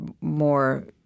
more